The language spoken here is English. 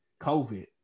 covid